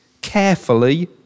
carefully